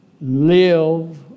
live